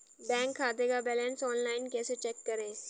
Bank खाते का balance online कैसे चेक करें?